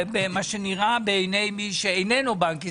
במה שנראה בעיני מי שאיננו בנק ישראל,